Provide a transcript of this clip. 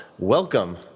Welcome